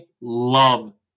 love